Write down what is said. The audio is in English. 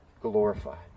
glorified